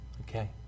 Okay